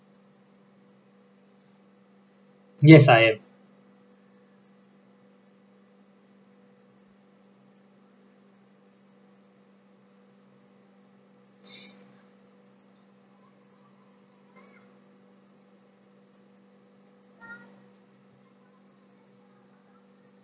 yes I am